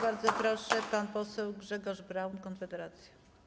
Bardzo proszę, pan poseł Grzegorz Braun, Konfederacja.